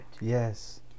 Yes